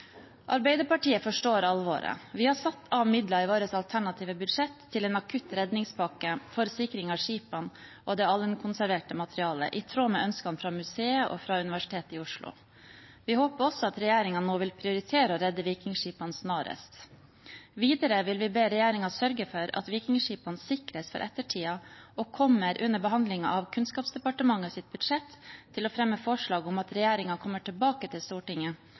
Arbeiderpartiet forstår alvoret. Vi har satt av midler i vårt alternative budsjett til en akutt redningspakke for sikring av skipene og det alunkonserverte materialet i tråd med ønskene fra museet og Universitetet i Oslo. Vi håper også at regjeringen nå vil prioritere å redde vikingskipene snarest. Videre vil vi be regjeringen sørge for at vikingskipene sikres for ettertiden og kommer under behandling av Kunnskapsdepartementets budsjett, og vi fremmer forslag om at regjeringen kommer tilbake til Stortinget